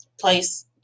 place